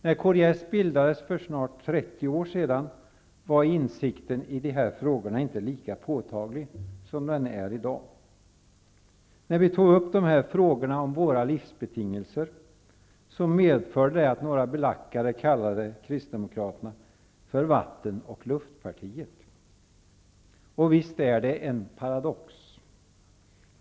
När Kds bildades för snart 30 år sedan, var insikten i de här frågorna inte lika påtaglig som den är i dag. När vi tog upp frågorna om våra livsbetingelser, medförde det att några belackare kallade Kristdemokraterna för vatten och luftpartiet. Visst är det en paradox.